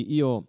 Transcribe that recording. io